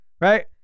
Right